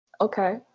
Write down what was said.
okay